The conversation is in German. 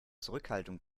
zurückhaltung